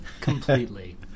completely